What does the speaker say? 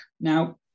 Now